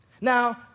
Now